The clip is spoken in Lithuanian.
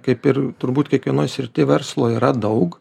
kaip ir turbūt kiekvienoj srity verslo yra daug